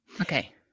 okay